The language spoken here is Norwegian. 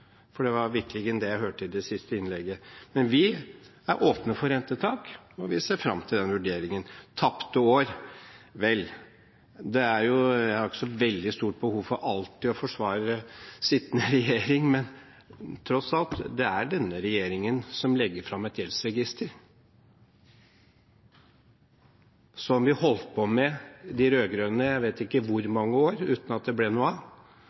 For det var vitterlig det jeg hørte i det siste innlegget. Men vi er åpne for rentetak, og vi ser fram til den vurderingen. Tapte år – vel, jeg har ikke så veldig stort behov for alltid å forsvare sittende regjering, men det er tross alt denne regjeringen som legger fram et gjeldsregister, som vi holdt på med, de rød-grønne, i jeg vet ikke hvor mange år, uten at det ble noe av.